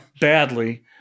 badly